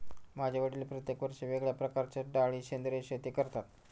माझे वडील प्रत्येक वर्षी वेगळ्या प्रकारच्या डाळी सेंद्रिय शेती करतात